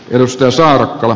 edustaja saarakkala